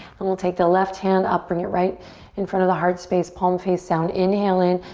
and we'll take the left hand up, bring it right in front of the heart space, palm face down. inhale in.